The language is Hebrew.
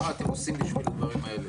מה אתם עושים בשביל הדברים האלה?